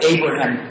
Abraham